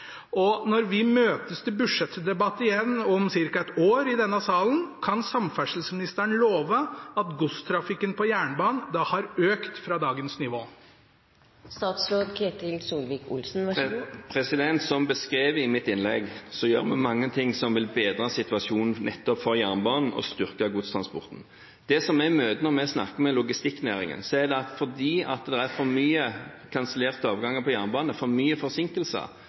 i dag, kan samferdselsministeren love at godstrafikken på jernbanen har økt fra dagens nivå når vi møtes til budsjettdebatt igjen om ca. ett år i denne salen? Som beskrevet i mitt innlegg gjør vi mange ting som vil bedre situasjonen nettopp for jernbanen, og styrke godstransporten. Det vi møter når vi snakker med logistikknæringen, er at fordi det er for mange kansellerte avganger på jernbanen og for mye forsinkelser,